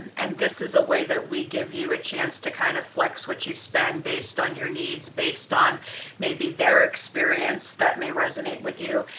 and this is a way that we give you a chance to kind of flex what you spend based on your needs. based on maybe their experience that may resonate with you.